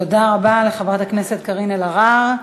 תודה רבה לחברת הכנסת קארין אלהרר.